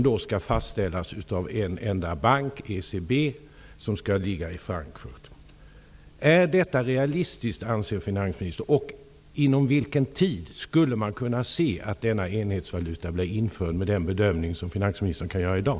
Den skall fastställas av en enda bank, ECB, som skall ligga i Anser finansministern att detta är realistiskt? Inom vilken tid skulle man kunna se att denna enhetsvaluta blir införd, med den bedömning som finansministern kan göra i dag?